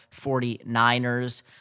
49ers